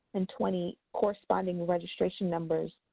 and twenty corresponding registration numbers,